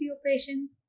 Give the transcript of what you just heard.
operation